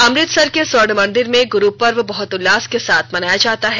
अमृतसर के स्वर्ण मंदिर में गुरुपर्व बहत उल्लास के साथ मनाया जाता है